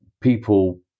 people